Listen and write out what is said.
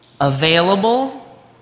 available